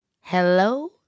hello